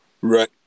right